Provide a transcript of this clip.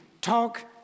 Talk